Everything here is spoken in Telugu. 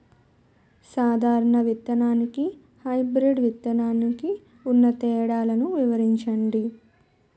సాధారణ విత్తననికి, హైబ్రిడ్ విత్తనానికి ఉన్న తేడాలను వివరించండి?